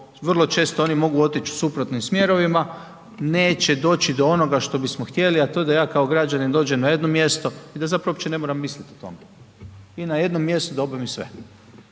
vrlo često oni mogu otić u suprotnim smjerovima, neće doći do onoga što bismo htjeli a to je da ja kao građanin dođem na jedno mjesto i da zapravo uopće ne moram misliti o tome. i na jednom mjestu da obavim sve.